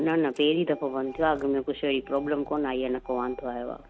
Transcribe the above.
न न पहिरीं दफ़ो बंदि थियो आहे अॻिमें कुझु अहिड़ी कोन प्रोब्लम कोन आई आहे न कोई वांदो आयो आहे